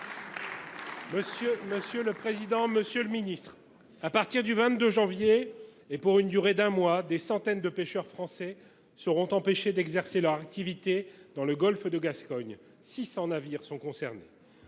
pour le groupe Les Républicains. À partir du 22 janvier et pour une durée d’un mois, des centaines de pêcheurs français seront empêchés d’exercer leur activité dans le golfe de Gascogne – 600 navires sont concernés.